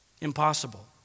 Impossible